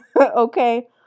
okay